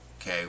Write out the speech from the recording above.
okay